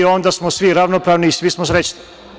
Onda smo svi ravnopravni i svi smo srećni.